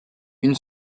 une